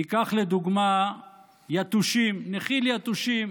ניקח לדוגמה יתושים, נחיל יתושים.